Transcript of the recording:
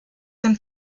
dem